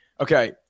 Okay